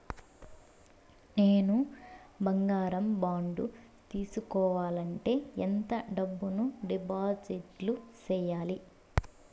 నేను బంగారం బాండు తీసుకోవాలంటే ఎంత డబ్బును డిపాజిట్లు సేయాలి?